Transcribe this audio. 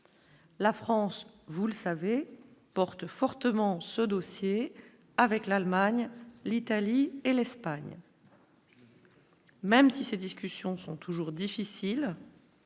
La France, vous le savez, portent fortement ce dossier avec l'Allemagne, l'Italie et l'Espagne. Même si ces discussions sont toujours difficile.